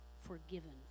forgiven